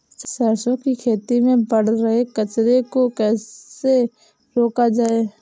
सरसों की खेती में बढ़ रहे कचरे को कैसे रोका जाए?